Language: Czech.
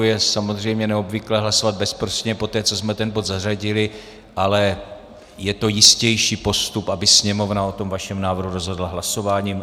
Je samozřejmě neobvyklé hlasovat bezprostředně poté, co jsme ten bod zařadili, ale je to jistější postup, aby Sněmovna o tom vašem návrhu rozhodla hlasováním.